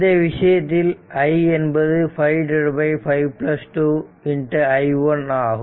இந்த விஷயத்தில் i என்பது 5 5 2 i1 ஆகும்